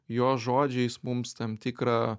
jo žodžiais mums tam tikrą